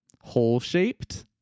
Hole-shaped